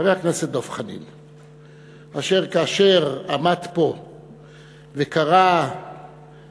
חבר הכנסת דב חנין, אשר עמד פה וקרא בקריאה